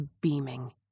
beaming